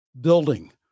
building